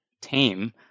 tame